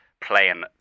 playing